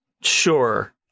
Sure